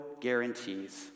guarantees